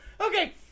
Okay